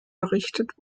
errichtet